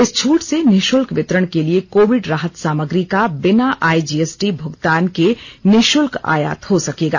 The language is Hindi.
इस छूट से निशुल्क वितरण के लिए कोविड राहत सामग्री का बिना आई जीएसटी भुगतान के निशुल्क आयात हो सकेगा